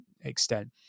extent